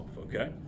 okay